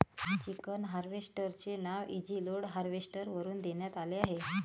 chicken harvester चे नाव easyload harvester वरून देण्यात आले आहे